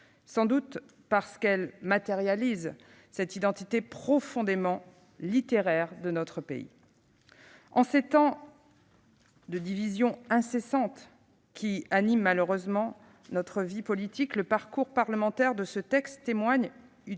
sans doute parce qu'elles matérialisent cette identité profondément littéraire de notre pays. En ces temps de divisions incessantes qui animent malheureusement notre vie politique, le parcours parlementaire de ce texte témoigne d'une